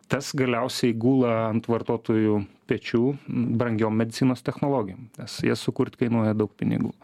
tas galiausiai gula ant vartotojų pečių brangiom medicinos technologijom nes jas sukurt kainuoja daug pinigų